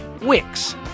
Wix